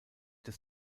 des